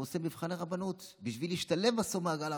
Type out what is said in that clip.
והוא עושה מבחן לרבנות בשביל להשתלב בסוף במעגל העבודה.